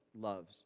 loves